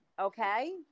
Okay